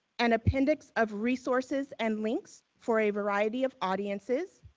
an appendix of resources and links for a variety of audiences.